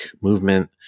movement